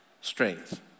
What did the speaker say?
strength